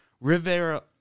Rivera